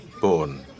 born